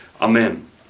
Amen